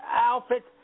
outfit